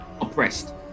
oppressed